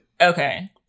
Okay